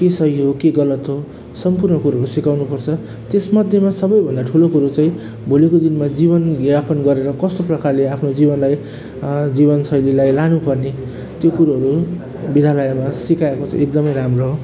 के सही हो के गलत हो सम्पूर्ण कुरोहरू सिकाउनु पर्छ त्यस मध्येमा सबै भन्दा ठुलो कुरो चाहिँ भोलिको दिनमा जीवन यापन गरेर कस्तो प्रकारले आफ्नो जीवनलाई जीवन शैलीलाई लानु पर्ने त्यो कुरोहरू विद्यालयमा सिकाएको चाहिँ एकदमै राम्रो हो